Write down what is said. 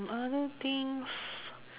other things